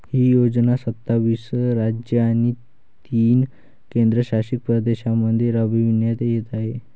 ही योजना सत्तावीस राज्ये आणि तीन केंद्रशासित प्रदेशांमध्ये राबविण्यात येत आहे